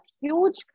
huge